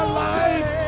life